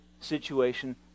situation